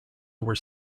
were